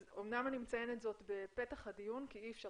אני מציינת את זה בתחילת הדיון מפאת